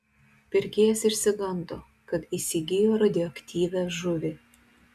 pirkėjas išsigando kad įsigijo radioaktyvią žuvį